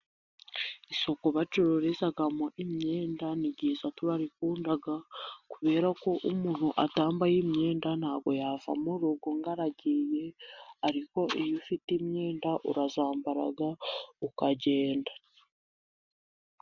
Isoko bacururizamo imyenda ni ryiza turarikunda, kubera ko umuntu atambaye imyenda ntabwo yava mu rugo ngo aragiye, ariko iyo ufite imyenda urayambara ukagenda.